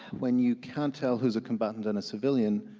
when you can't tell who's a combatant and a civilian,